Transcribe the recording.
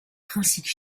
principes